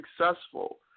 successful